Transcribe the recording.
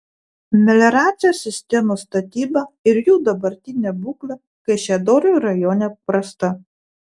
melioracijos sistemų statyba ir jų dabartinė būklė kaišiadorių rajone prasta